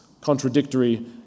contradictory